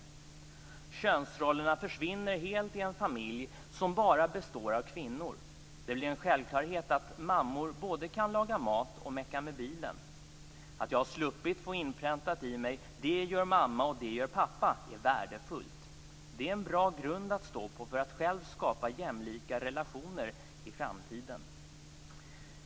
Könsrollerna försvinner helt i en familj som bara består av kvinnor. Det blir en självklarhet att mammor både kan laga mat och mecka med bilen. Att jag har sluppit få inpräntat i mig 'Det gör mamma och det gör pappa' är värdefullt. Det är en bra grund att stå på för att själv skapa jämlika relationer i framtiden."